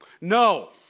No